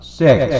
six